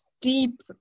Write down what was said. deep